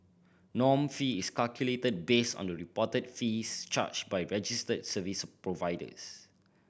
norm fee is calculated based on the reported fees charged by registered service providers